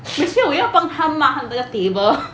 每次我要帮他抹他那个 table